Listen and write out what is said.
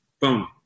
Boom